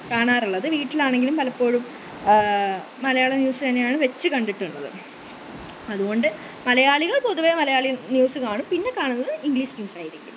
കാണാറുള്ളത് വീട്ടിലാണെങ്കിലും പലപ്പോഴും മലയാളം ന്യൂസ് തന്നെയാണ് വച്ച് കണ്ടിട്ടുള്ളത് അതുകൊണ്ട് മലയാളികള് പൊതുവേ മലയാളി ന്യൂസ് കാണും പിന്നെ കാണുന്നത് ഇംഗ്ലീഷ് ന്യൂസായിരിക്കും